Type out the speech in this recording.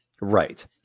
Right